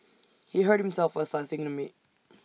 he hurt himself while slicing the meat